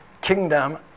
kingdom